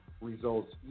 Results